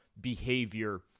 behavior